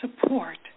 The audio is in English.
support